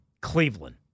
Cleveland